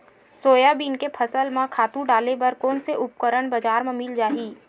Soybean के फसल म खातु डाले बर कोन से उपकरण बजार म मिल जाहि?